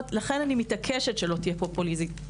ולכן אני מתעקשת שלא תהיה פה פוליטיזציה.